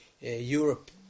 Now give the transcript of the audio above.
Europe